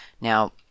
Now